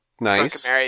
Nice